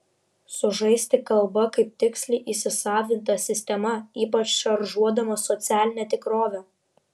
sužaisti kalba kaip tiksliai įsisavinta sistema ypač šaržuodamas socialinę tikrovę